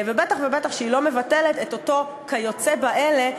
ובטח ובטח שהיא לא מבטלת את אותו "כיוצא באלה"